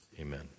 Amen